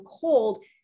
cold